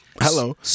hello